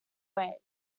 way